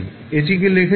এটিকে লেখা যেতে পারে